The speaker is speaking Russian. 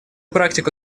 практику